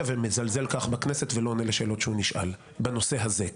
ומזלזל כך בכנסת ולא עונה לשאלות שהוא נשאל בנושא הזה.